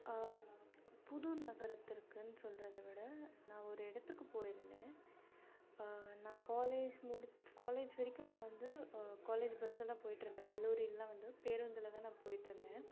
புது நகரத்திற்குன்னு சொல்கிறத விட நான் ஒரு இடத்துக்கு போயிருந்தேன் நான் காலேஜ் முடிச் காலேஜ் வரைக்கும் நான் வந்து காலேஜ் பஸ்ஸில் தான் போய்கிட்டு இருந்தேன் கல்லூரிலெலாம் வந்து பேருந்தில் தான் நான் போய்கிட்டு இருந்தேன்